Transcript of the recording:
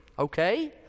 Okay